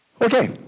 okay